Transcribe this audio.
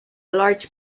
large